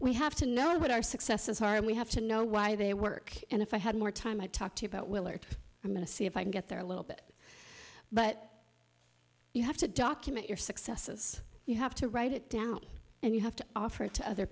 we have to know what our successes are and we have to know why they work and if i had more time i talked about willard i'm going to see if i can get there a little bit but you have to document your successes you have to write it down and you have to offer to other